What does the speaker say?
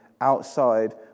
outside